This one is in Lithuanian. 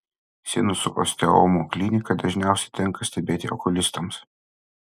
sinusų osteomų kliniką dažniausiai tenka stebėti okulistams